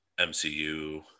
MCU